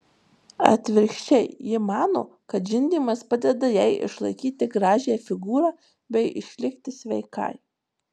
atvirkščiai ji mano kad žindymas padeda jai išlaikyti gražią figūrą bei išlikti sveikai